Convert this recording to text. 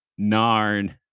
Narn